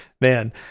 man